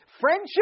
Friendship